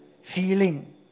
feeling